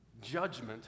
Judgment